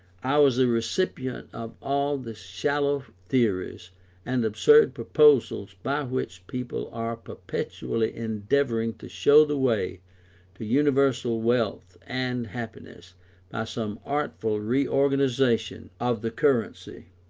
i was a recipient of all the shallow theories and absurd proposals by which people are perpetually endeavouring to show the way to universal wealth and happiness by some artful reorganization of the currency.